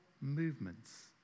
movements